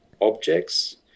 objects